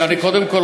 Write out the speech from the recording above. קודם כול,